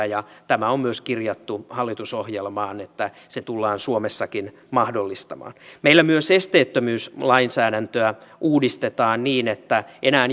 ja tämä on myös kirjattu hallitusohjelmaan että se tullaan suomessakin mahdollistamaan meillä myös esteettömyyslainsäädäntöä uudistetaan niin että enää